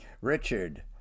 Richard